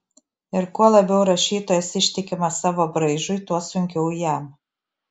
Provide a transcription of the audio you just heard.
ir kuo labiau rašytojas ištikimas savo braižui tuo sunkiau jam